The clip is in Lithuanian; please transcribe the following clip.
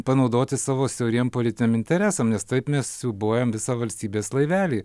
panaudoti savo siauriems politiniams interesams nes taip mes siūbuojame visą valstybės laivelį